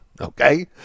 Okay